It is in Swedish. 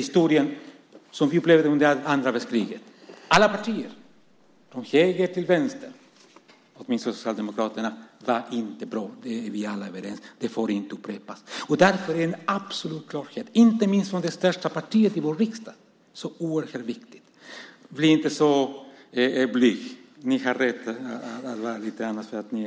Under andra världskriget agerade inte något av partierna från höger till vänster, åtminstone inte Socialdemokraterna, på ett bra sätt. Vi är alla överens om att det inte får upprepas. Därför är en absolut klarhet, inte minst från det största partiet i vår riksdag, så oerhört viktig. Var inte så blyga! Ni tillhör